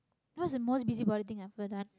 what's the most busybody thing i've ever done